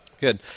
Good